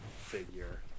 figure